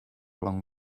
along